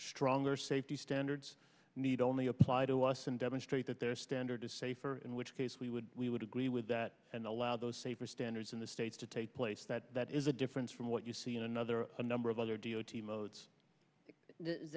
stronger safety standards need only apply to us and demonstrate that their standard is safer in which case we would we would agree with that and allow those safer standards in the states to take place that that is a difference from what you see in another a number of other d o t modes